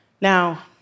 Now